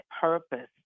purpose